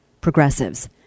progressives